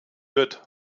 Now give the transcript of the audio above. wird